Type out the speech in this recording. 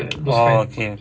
oh okay